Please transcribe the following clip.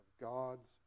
God's